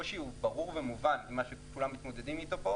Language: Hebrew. הקושי שכולם מתמודדים איתו פה הוא ברור ומובן.